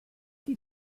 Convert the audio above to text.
die